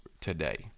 today